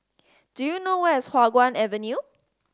do you know where is Hua Guan Avenue